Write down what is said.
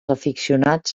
aficionats